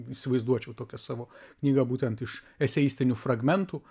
įsivaizduočiau tokią savo knygą būtent iš eseistinių fragmentų